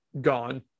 gone